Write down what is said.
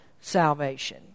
salvation